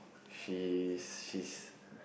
she is she's